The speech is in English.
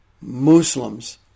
Muslims